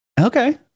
Okay